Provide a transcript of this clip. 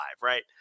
right